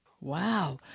Wow